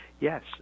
Yes